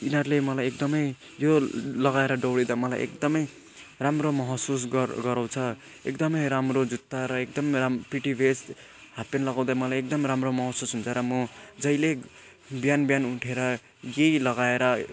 यिनीहरूले मलाई एकदमै यो लगाएर दौडिँदा मलाई एकदमै राम्रो महसुस गर गराउँछ एकदमै राम्रो जुत्ता र एकदम राम पिटी भेस्ट हाफपेन्ट लगाउँदा मलाई एकदम राम्रो महसुस हुन्छ र म जहिले बिहान बिहान उठेर यही लगाएर